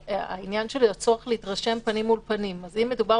העניין של הצורך להתרשם פנים אל פנים אם מדובר